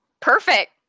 Perfect